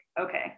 okay